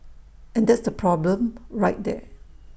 and that's the problem right there